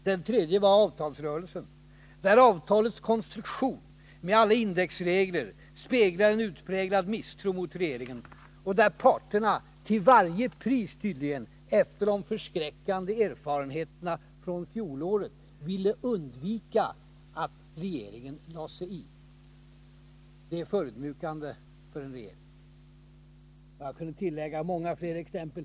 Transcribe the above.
Det tredje var avtalsuppgörelsen, där avtalets konstruktion, med alla indexregler, speglar en utpräglad misstro mot regeringen och där parterna till varje pris, efter de förskräckande erfarenheterna från fjolåret, ville undvika att regeringen lade sig i. Det är förödmjukande för en regering. Jag skulle kunna anföra många fler exempel.